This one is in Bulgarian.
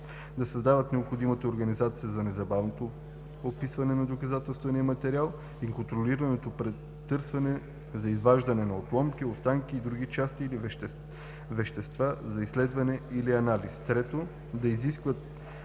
да създадат необходимата организация за незабавното описване на доказателствения материал и контролираното претърсване за изваждане на отломки, останки и други части или вещества за изследване или анализ; 3. да изискват